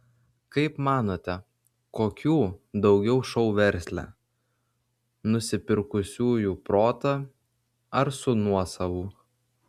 kaip manote kokių daugiau šou versle nusipirkusiųjų protą ar su nuosavu